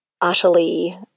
utterly